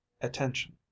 attention